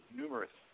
numerous